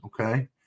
Okay